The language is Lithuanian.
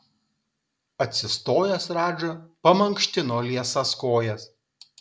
atsistojęs radža pamankštino liesas kojas